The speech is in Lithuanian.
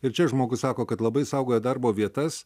ir čia žmogus sako kad labai saugoja darbo vietas